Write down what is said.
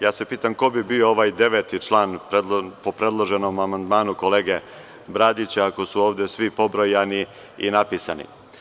ja se pitam ko bi bio ovaj deveti član po predloženom amandmanu kolege Bradića, ako su ovde svi pobrojani i napisani.